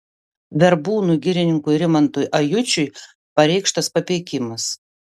verbūnų girininkui rimantui ajučiui pareikštas papeikimas